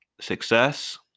success